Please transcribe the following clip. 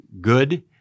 good